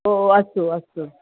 हो अस्तु अस्तु